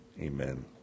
Amen